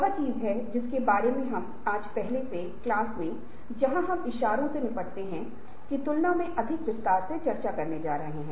और किसी भी संगठन में परिवर्तन प्रबंधन को कर्मचारियों के साथ साथ संगठन के दृष्टिकोण से देखा जाना चाहिए क्योंकि परिवर्तन करने से दोनों पक्ष प्रभावित होने वाले हैं